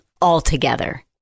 altogether